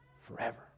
forever